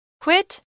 quit